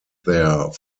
there